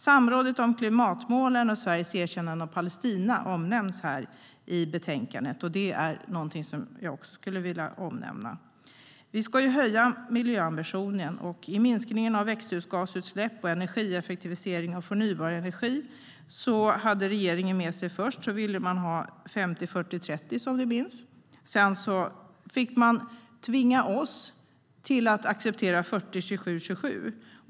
Samrådet om klimatmålen och Sverige erkännande av Palestina omnämns i betänkandet, och det är något som jag också skulle vilja nämna. Vi ska ju höja miljöambitionen. När det gällde minskningen av växthusgasutsläpp, energieffektivisering och förnybar energi hade regeringen först med sig 50-40-30, som ni minns. Sedan fick man tvinga oss att acceptera 40-27-27.